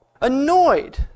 annoyed